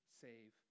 save